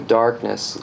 darkness